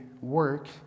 work